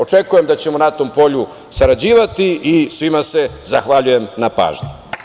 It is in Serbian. Očekujem da ćemo na to polju sarađivati i svima se zahvaljujem na pažnji.